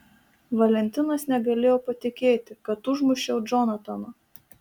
valentinas negalėjo patikėti kad užmušiau džonataną